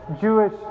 Jewish